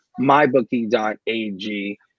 mybookie.ag